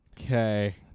Okay